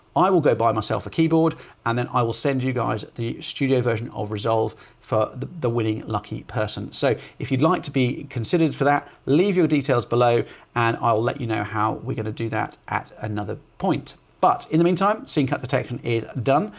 i will go buy myself a keyboard and then i will send you guys the studio version of resolve for the the winning lucky person. so if you'd like to be considered for that, leave your details below and i'll let you know how we're gonna do that at another point. but in the meantime, scene cut detection is done.